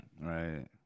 Right